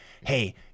hey